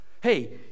Hey